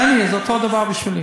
תן לי, זה אותו דבר בשבילי.